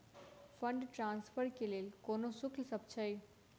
Fund transfer केँ लेल कोनो शुल्कसभ छै?